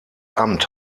amt